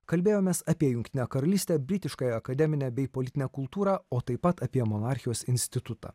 kalbėjomės apie jungtinę karalystę britiškąją akademinę bei politinę kultūrą o taip pat apie monarchijos institutą